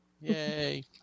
Yay